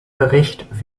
bericht